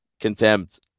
Contempt